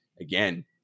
again